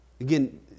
Again